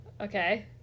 okay